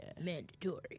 Mandatory